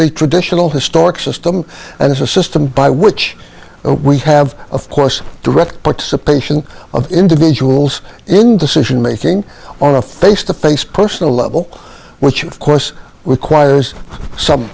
the traditional historic system and it's a system by which we have of course direct participation of individuals in decision making on a face to face personal level which of course require some